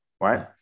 right